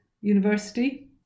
University